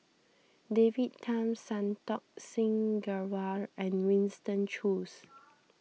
David Tham Santokh Singh Grewal and Winston Choos